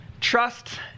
Trust